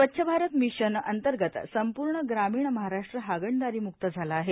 स्वच्छ भारत मिशन ग्रामीण अंतर्गत संपूर्ण ग्रामीण महाराष्ट्र हागणदारीमुक्त झाला आहे